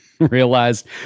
realized